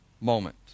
moment